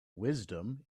wisdom